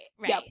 right